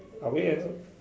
ah weekend